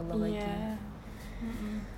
ya mm mm